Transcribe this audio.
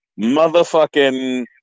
motherfucking